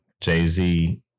Jay-Z